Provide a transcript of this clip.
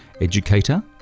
educator